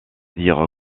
dire